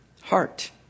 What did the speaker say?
heart